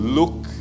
look